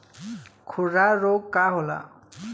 खुरहा रोग का होला?